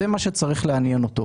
זה מה שצריך לעניין אותו.